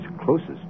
closest